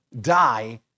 die